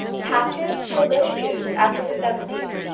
patches were little used after the seventies,